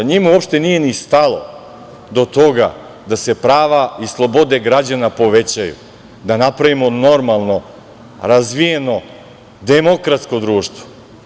Njima uopšte nije ni stalo do toga da se prava i slobode građana povećaju, da napravimo normalno razvijeno demokratsko društvo.